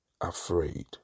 afraid